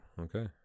okay